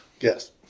Yes